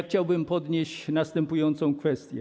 Chciałbym podnieść następujące kwestie.